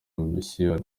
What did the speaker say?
misiyoni